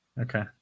okay